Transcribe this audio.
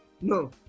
No